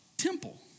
temple